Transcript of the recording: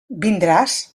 vindràs